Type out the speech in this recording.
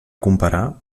comparar